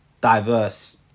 diverse